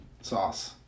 Sauce